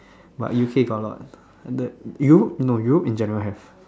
but U_K got a lot the Europe no Europe in general have